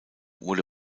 wurde